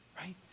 Right